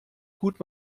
gut